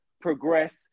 progress